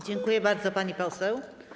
Dziękuję bardzo, pani poseł.